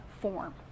form